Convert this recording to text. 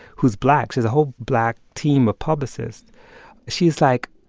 who's black she has a whole black team of publicists she's like,